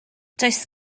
does